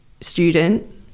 student